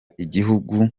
igihugu